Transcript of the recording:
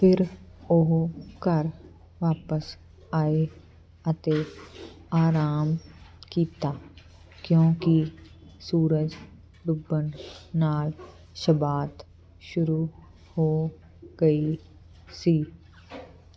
ਫਿਰ ਉਹ ਘਰ ਵਾਪਸ ਆਏ ਅਤੇ ਆਰਾਮ ਕੀਤਾ ਕਿਉਂਕਿ ਸੂਰਜ ਡੁੱਬਣ ਨਾਲ ਸ਼ੱਬਾਤ ਸ਼ੁਰੂ ਹੋ ਗਈ ਸੀ